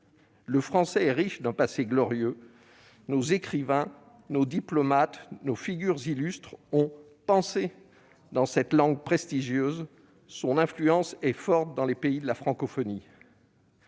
Le français est riche d'un passé glorieux. Nos écrivains, nos diplomates, nos figures illustres ont pensé dans cette langue prestigieuse dont l'influence est forte dans les pays de la francophonie.